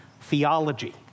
theology